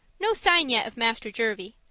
no sign yet of master jervie.